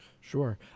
Sure